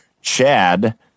Chad